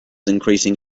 increasing